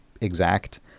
exact